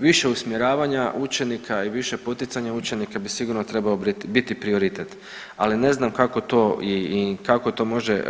Više usmjeravanja učenika i više poticanja učenika bi sigurno trebao biti prioritet, ali ne znam kako to i kako to može